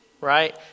right